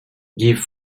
give